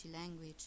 language